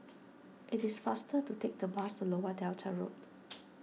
it is faster to take the bus to Lower Delta Road